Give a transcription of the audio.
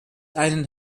einen